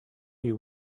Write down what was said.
you